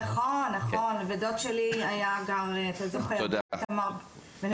נכון, נכון ודוד שלי היה גם, אתה זוכר בנווה תמר.